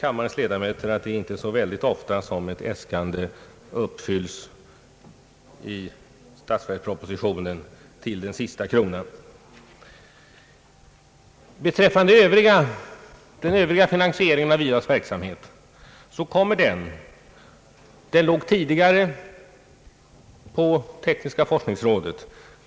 Kammarens ledamöter vet att det inte är särskilt ofta som ett äskande uppfylls till sista kronan i statsverkspropositionen. Den övriga finansieringen av IVA:s verksamhet låg tidigare på tekniska forskningsrådet.